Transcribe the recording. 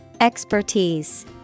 Expertise